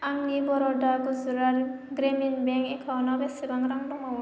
आंनि बर'दा गुजरात ग्रामिन बेंक एकाउन्टाव बेसेबां रां दंबावो